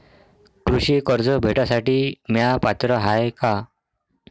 कृषी कर्ज भेटासाठी म्या पात्र हाय का?